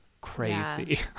crazy